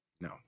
No